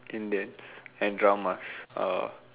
Indians and dramas are